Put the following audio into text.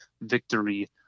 victory